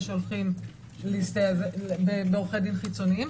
שהולכים להסתייע בעורכי דין חיצוניים.